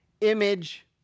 image